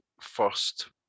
first